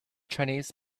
chinese